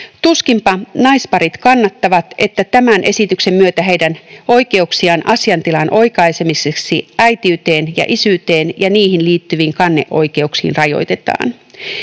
Tuskinpa naisparit kannattavat, että tämän esityksen myötä heidän oikeuksiaan asiantilan oikaisemiseksi äitiyteen ja isyyteen ja niihin liittyviin kanneoikeuksiin rajoitetaan.